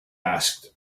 asked